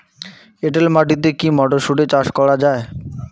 এটেল মাটিতে কী মটরশুটি চাষ করা য়ায়?